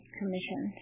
commission